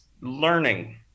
learning